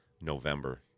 November